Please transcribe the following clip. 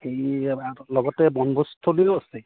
এই লগতে বনভোজস্থলীও আছে